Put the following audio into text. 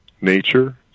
nature